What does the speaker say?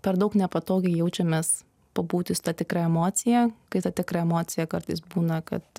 per daug nepatogiai jaučiamės pabūti su ta tikra emocija kai ta tikra emocija kartais būna kad